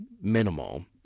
minimal